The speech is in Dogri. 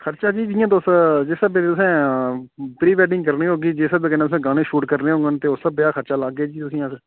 खर्चा जी जियां तुस जिस स्हाबै ने तुसें प्री वेडिंग करनी होगे जिस स्हाबै कन्नै तुसें गाने शूट करने होङन ते उस स्हाबै दा खर्चा लागे दी तुसेंगी अस